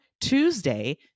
Tuesday